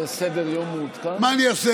השבר הוא כל כך גדול, וכשאני מנסה